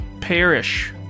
perish